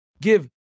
give